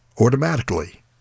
automatically